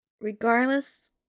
regardless